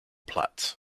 platz